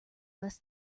less